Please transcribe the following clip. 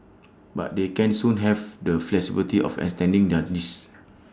but they can soon have the flexibility of extending their lease